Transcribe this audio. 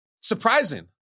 Surprising